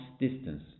distance